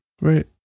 Right